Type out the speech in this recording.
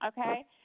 okay